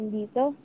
dito